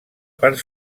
part